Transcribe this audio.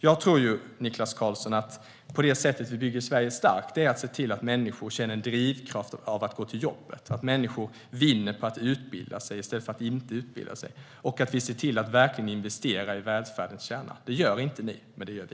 Jag tror att det sätt vi bygger Sverige starkt, Niklas Karlsson, är att se till att människor känner en drivkraft att gå till jobbet, att människor vinner på att utbilda sig i stället för att inte utbilda sig och att vi ser till att verkligen investera i välfärdens kärna. Det gör inte ni, men det gör vi.